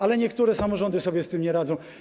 Ale niektóre samorządy sobie z tym nie radzą.